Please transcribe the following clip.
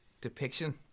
depiction